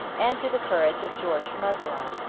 and to the courage of george muzalon,